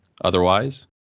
otherwise